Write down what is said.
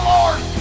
Lord